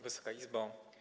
Wysoka Izbo!